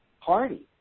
party